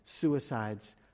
Suicides